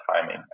timing